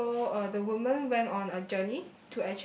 so uh the woman went on a journey